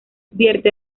vierte